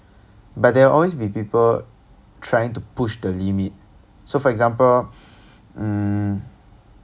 but there will always be people trying to push the limit so for example mm